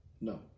No